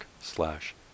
slash